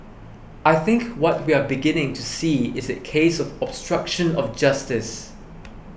I think what we are beginning to see is a case of obstruction of justice